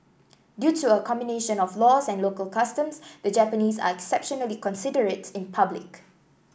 due to a combination of laws and local customs the Japanese are exceptionally considerate in public